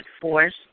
force